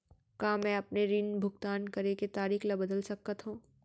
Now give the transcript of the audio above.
का मैं अपने ऋण भुगतान करे के तारीक ल बदल सकत हो?